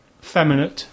feminine